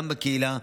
גם בקהילה,